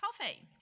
Coffee